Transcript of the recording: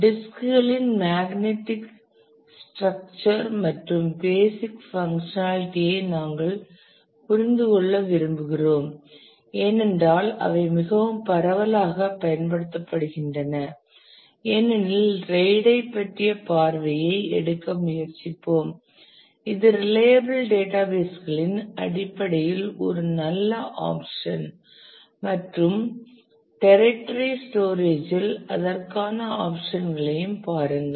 disk களின் magnetic structure மற்றும் basic functionality ஐ நாங்கள் புரிந்து கொள்ள விரும்புகிறோம் ஏனென்றால் அவை மிகவும் பரவலாகப் பயன்படுத்தப்படுகின்றன ஏனெனில் RAID ஐப் பற்றிய பார்வையை எடுக்க முயற்சிப்போம் இது ரிலையபிள் டேட்டாபேஸ் களின் அடிப்படையில் ஒரு நல்ல ஆப்சன் மேலும் டெர்டயரி ஸ்டோரேஜ் இல் அதற்கான ஆப்சன் களையும் பாருங்கள்